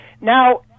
Now